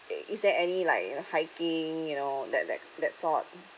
it is there any like hiking you know that that that sort